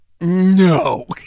No